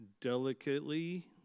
delicately